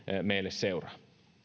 meille seuraa